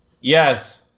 Yes